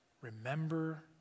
Remember